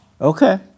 Okay